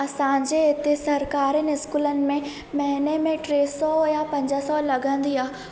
असांजे हिते सरकारिनि स्कूलनि में महीने में टे सौ या पंज सौ लॻंदी आहे